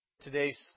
today's